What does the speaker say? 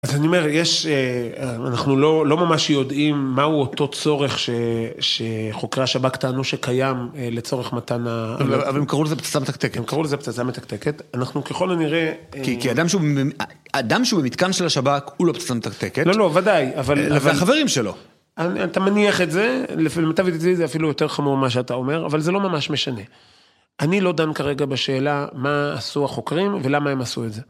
אז אני אומר, יש, אה... אנחנו לא ממש יודעים מהו אותו צורך ש... ש... חוקרי השב"כ טענו שקיים לצורך מתן ה... אבל הם קראו לזה פצצה מתקתקת. הם קראו לזה פצצה מתקתקת, אנחנו ככל הנראה... כי כי אדם שהוא... אדם שהוא במתקן של השב"כ הוא לא פצצה מתקתקת. לא, לא, ודאי, אבל... זה החברים שלו. אתה מניח את זה, למיטב ידיעתי זה, זה אפילו יותר חמור ממה שאתה אומר, אבל זה לא ממש משנה. אני לא דן כרגע בשאלה מה עשו החוקרים ולמה הם עשו את זה.